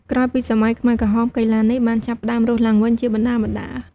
ក្រោយពីសម័យខ្មែរក្រហម កីឡានេះបានចាប់ផ្តើមរស់ឡើងវិញជាបណ្តើរៗ។